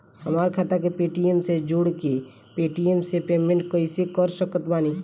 हमार खाता के पेटीएम से जोड़ के पेटीएम से पेमेंट कइसे कर सकत बानी?